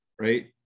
right